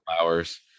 hours